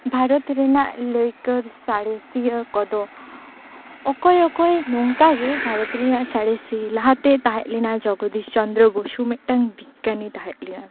ᱵᱷᱟᱨᱚᱛ ᱨᱮᱱᱟᱜ ᱞᱟᱹᱭᱠᱟᱹᱨ ᱥᱟᱬᱮᱥᱤᱭᱟᱹ ᱠᱚᱫᱚ ᱚᱠᱚᱭ ᱚᱠᱚᱭ ᱱᱚᱝᱠᱟᱜᱮ ᱵᱷᱟᱨᱚᱛ ᱨᱮᱭᱟᱜ ᱥᱟᱬᱮᱥᱤ ᱞᱟᱦᱟᱛᱮ ᱛᱟᱦᱮᱸᱜ ᱞᱮᱱᱟ ᱡᱚᱜᱚᱫᱤᱥ ᱪᱚᱱᱫᱽᱨᱚ ᱵᱚᱥᱩ ᱢᱤᱫᱴᱟᱝ ᱵᱤᱜᱽᱜᱟᱱᱤ ᱛᱟᱦᱮᱸ ᱞᱮᱱᱟ